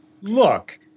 Look